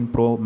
Pro